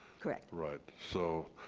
correct. right, so,